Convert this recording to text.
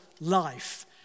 life